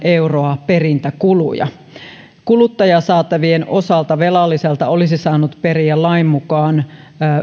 euroa perintäkuluja kuluttajasaatavien osalta velalliselta olisi saanut periä lain mukaan